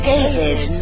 David